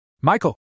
Michael